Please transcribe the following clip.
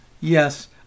yes